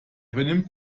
benimmt